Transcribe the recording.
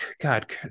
God